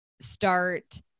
start